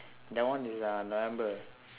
that one is uh november